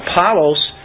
Apollos